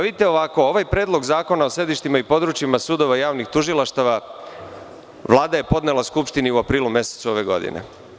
Vidite ovako, ovaj Predlog zakona o sedištima i područjima sudova i javnih tužilaštava Vlada je podnela Skupštini u aprilu mesecu ove godine.